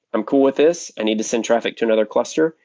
i'm cool with this. i need to send traffic to another cluster,